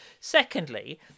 Secondly